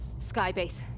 Skybase